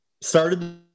started